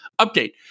Update